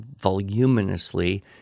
voluminously